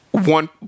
One